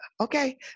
okay